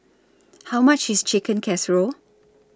How much IS Chicken Casserole